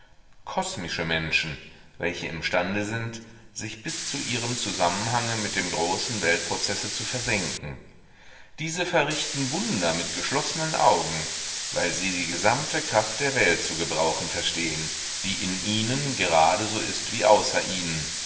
kosmische menschen welche imstande sind sich bis zu ihrem zusammenhange mit dem großen weltprozesse zu versenken diese verrichten wunder mit geschlossenen augen weil sie die gesamte kraft der welt zu gebrauchen verstehen die in ihnen gerade so ist wie außer ihnen